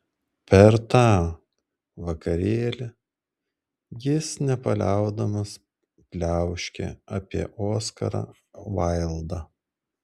per tą vakarėlį jis nepaliaudamas pliauškė apie oskarą vaildą